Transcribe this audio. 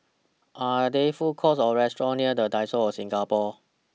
Are There Food Courts Or restaurants near The Diocese Singapore